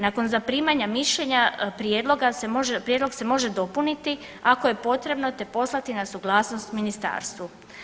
Nakon zaprimanja mišljenja prijedloga se može, prijedlog se može dopuniti ako je potrebno, te poslati na suglasnost ministarstvu.